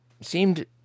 seemed